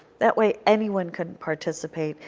that way anyone can participate.